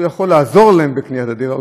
הוא יכול לעזור להם בקניית דירה,